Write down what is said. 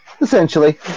Essentially